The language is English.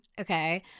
okay